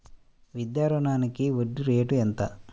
విద్యా రుణానికి వడ్డీ రేటు ఎంత?